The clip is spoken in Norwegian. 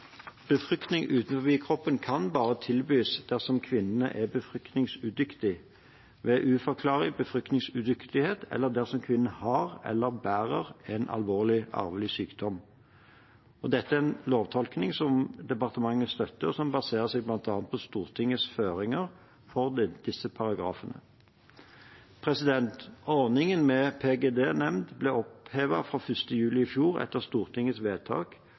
kan bare tilbys dersom kvinnen er befruktningsudyktig, ved uforklarlig befruktningsudyktighet, eller dersom kvinnen har eller bærer en alvorlig arvelig sykdom. Dette er en lovtolkning som departementet støtter, og som baserer seg på bl.a. Stortingets føringer for disse paragrafene. Ordningen med PGD-nemnd ble opphevet fra 1. juli i fjor etter Stortingets vedtak,